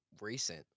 recent